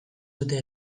dute